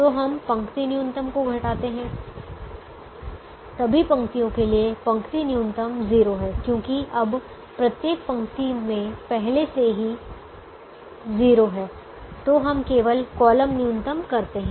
तो हम पंक्ति न्यूनतम को घटाते हैं सभी पंक्तियों के लिए पंक्ति न्यूनतम 0 है क्योंकि अब प्रत्येक पंक्ति में पहले से ही 0 है तो हम केवल कॉलम न्यूनतम करते हैं